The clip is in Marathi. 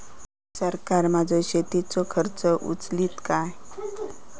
सरकार माझो शेतीचो खर्च उचलीत काय?